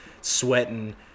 sweating